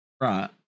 Right